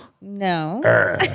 No